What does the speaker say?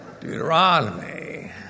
Deuteronomy